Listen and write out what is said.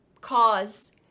cause